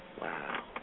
Wow